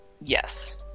yes